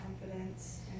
confidence